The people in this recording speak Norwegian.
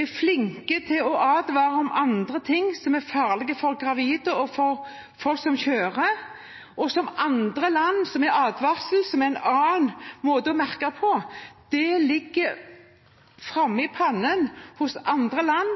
er flinke til å advare om andre ting som er farlig for gravide og for folk som kjører, mens når det gjelder merking av alkohol, ligger det framme i pannen hos andre land som har en advarsel, som er en annen måte å merke på